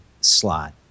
slot